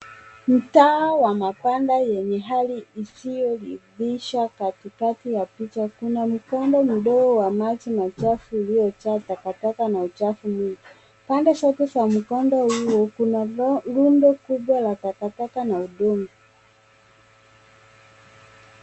Mtaa wa banda yenye hali isiyoridhisha katikati ya picha. Kuna mkondo mdogo wa maji machafu uliojaa takataka na uchafu mwingi. Pande zote za mkondo huo, kuna rundo kubwa la takataka na udongo.